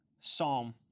Psalm